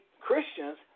Christians